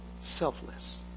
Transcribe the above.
selfless